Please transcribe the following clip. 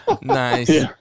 Nice